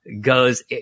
goes